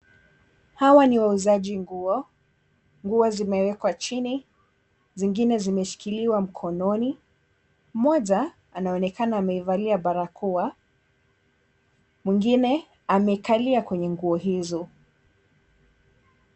Hawa ni wauzaji nguo, nguo zimewekwa chini zingine zimeshikiliwa mkononi mmoja anaonekana ameivalia barakoa mwengine amekalia kwenye nguo hizo.